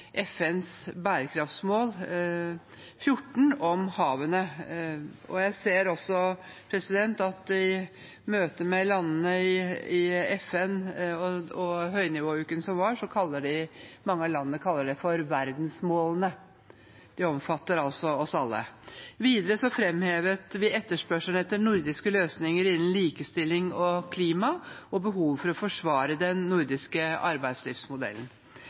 FNs bærekraftsmål 14, om havene. Jeg så også i møte med landene i FN og i høynivåuken som var, at mange av landene kaller dette verdensmålene. De omfatter altså oss alle. Videre framhevet vi etterspørselen etter nordiske løsninger innen likestilling og klima og behovet for å forsvare den nordiske arbeidslivsmodellen.